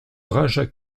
raja